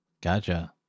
gotcha